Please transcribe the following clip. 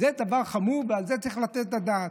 זה דבר חמור, ועל זה צריך לתת את הדעת.